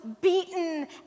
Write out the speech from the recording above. beaten